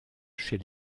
chez